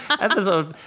episode